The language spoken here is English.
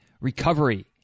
recovery